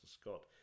Scott